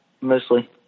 mostly